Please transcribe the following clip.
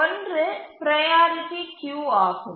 ஒன்று priority queue ஆகும்